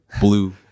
blue